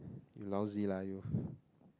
you lousy lah you